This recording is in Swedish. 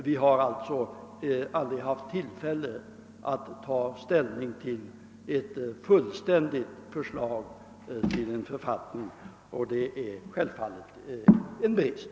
Vi har aldrig haft tillfälle att ta ställning till ett fullständigt förslag till en författning, och det är självfallet en brist.